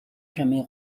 jamais